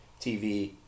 TV